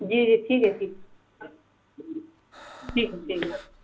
جی جی ٹھیک ہے ٹھیک ٹھیک ہے ٹھیک ہے